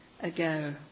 ago